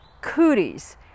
cooties